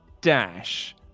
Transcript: Dash